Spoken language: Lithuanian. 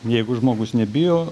jeigu žmogus nebijo